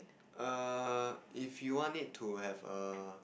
err if you want it to have a